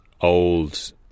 old